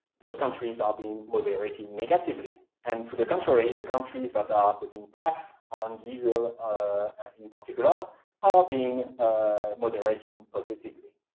those countries are being moderating negatively. and to the contrary, the countries but that are putting tax on diesel in particular ah are being moderating positively.